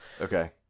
Okay